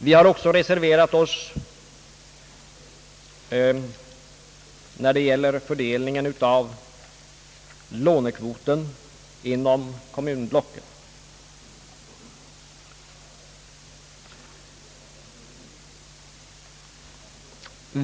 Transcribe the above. Vi har också reserverat oss när det gäller fördelningen av lånekvoten inom kommunblocken.